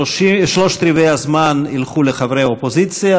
שלושת-רבעי הזמן לחברי האופוזיציה,